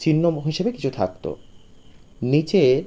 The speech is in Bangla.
চিহ্ন হিসেবে কিছু থাকত নিচে